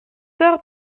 peur